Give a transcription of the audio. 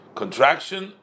contraction